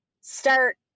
start